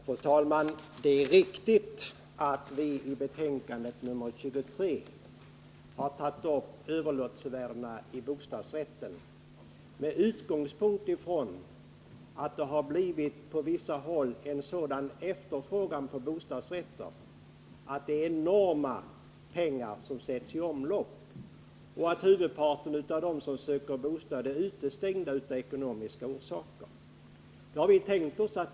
Fru talman! Det är riktigt att vi i civilutskottets betänkande nr 23 har tagit upp frågan om överlåtelsevärdena i bostadsrätten. Vår utgångspunkt har varit den att det på vissa håll har uppstått en sådan efterfrågan på bostadsrätter att enorma pengar har satts i omlopp. Huvudparten av dem som söker bostad har av ekonomiska skäl blivit utestängda från möjligheten att få en sådan.